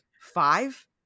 five